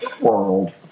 world